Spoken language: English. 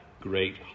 great